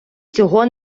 цього